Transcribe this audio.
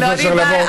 אדוני,